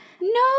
No